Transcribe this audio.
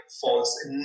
false